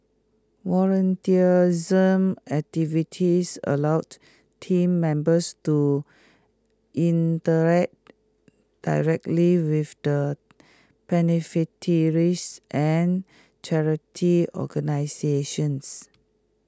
volunteerism activities allowed Team Members to interact directly with the and charity organisations